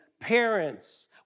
Parents